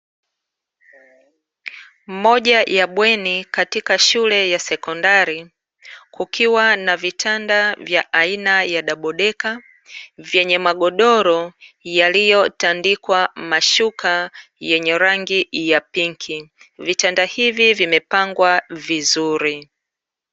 Moja ya bweni katika shule ya sekondari kukiwa na vitanda vya aina ya dabo deka vyenye magodoro yaliyotandikwa mashuka yenye rangi ya pinki, vitanda hivi vimepangwa vizuri.